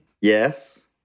Yes